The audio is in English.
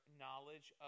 knowledge